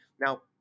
Now